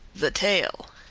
the tale.